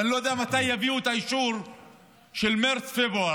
ואני לא יודע מתי יביאו את האישור של מרץ ואפריל,